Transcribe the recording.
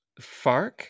FARC